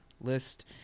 list